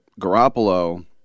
Garoppolo